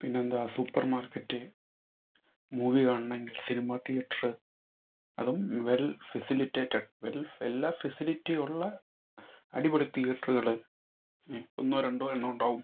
പിന്നെന്താ supermarket movie കാണണമെങ്കിൽ cinema theatre അതും വെൽ ഫെസിലിറ്റേറ്റഡ് വെൽ എല്ലാ ഫെസിലിറ്റിയുള്ള അടിപൊളി തിയേറ്ററുകൾ ഒന്നോ രണ്ടോ എണ്ണം ഉണ്ടാകും